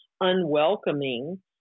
unwelcoming